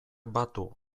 batu